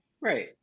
Right